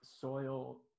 soil